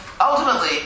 ultimately